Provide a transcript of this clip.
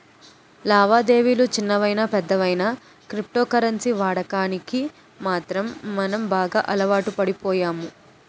లావాదేవిలు చిన్నవయినా పెద్దవయినా క్రిప్టో కరెన్సీ వాడకానికి మాత్రం మనం బాగా అలవాటుపడిపోయాము